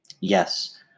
Yes